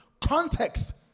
context